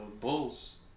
Bulls